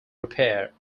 repair